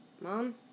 Mom